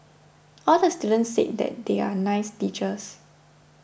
all the students said that they are nice teachers